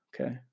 okay